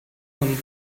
him